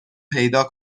پیدا